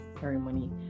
ceremony